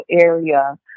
area